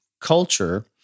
culture